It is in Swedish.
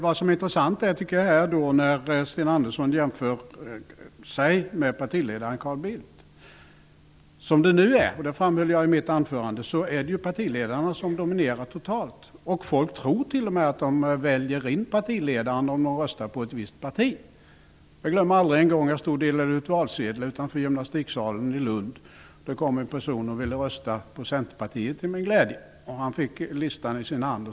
Vad som är intressant är när Sten Andersson jämför sig med partiledaren Carl Bildt. Som det är nu -- det framhöll jag i mitt anförande -- är det ju partiledarna som dominerar totalt. Folk tror t.o.m. att de väljer in partiledaren när de röstar på ett visst parti. Jag glömmer aldrig den gång jag delade ut valsedlar utanför gymnastiksalen i Lund. Det kom en person som till min glädje ville rösta på Centerpartiet. Han fick listan i sin hand.